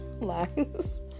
lives